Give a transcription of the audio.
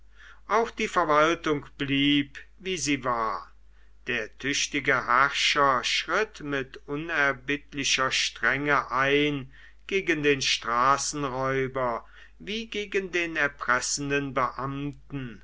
auch die verwaltung blieb wie sie war der tüchtige herrscher schritt mit unerbittlicher strenge ein gegen den straßenräuber wie gegen den erpressenden beamten